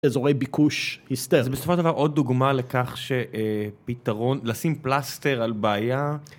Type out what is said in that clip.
אזורי ביקוש היסטריים. אז בסופו של דבר עוד דוגמה לכך שפתרון, לשים פלסטר על בעיה.